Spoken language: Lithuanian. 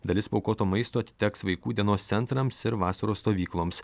dalis paaukoto maisto atiteks vaikų dienos centrams ir vasaros stovykloms